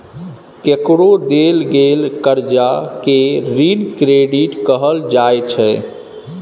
केकरो देल गेल करजा केँ ऋण क्रेडिट कहल जाइ छै